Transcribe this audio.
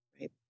Right